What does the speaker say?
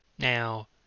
now